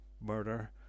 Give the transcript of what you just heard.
murder